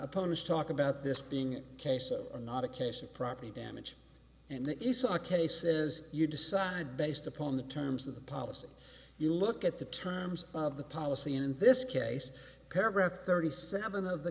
opponents talk about this being a case of not a case of property damage and that it's a case as you decide based upon the terms of the policy you look at the times of the policy in this case paragraph thirty seven of the